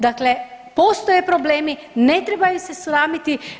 Dakle, postoje problemi, ne treba ih se sramiti.